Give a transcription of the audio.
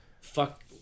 fuck